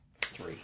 three